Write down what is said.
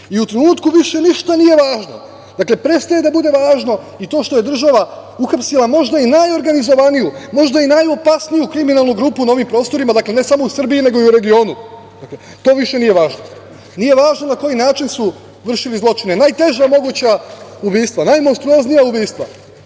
trenutku više ništa nije važno. Dakle, prestaje da bude važno i to što je država uhapsila i možda najorganizovaniju, možda i najopasniju kriminalnu grupu na ovim prostorima, ne samo u Srbiji, nego i u regionu, to više nije važno. Nije važno na koji način su vršili zločine, najteža moguća ubistva, najmonstruoznija ubistva.